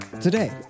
Today